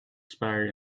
expire